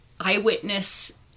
eyewitness